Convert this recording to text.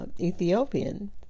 Ethiopian